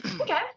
Okay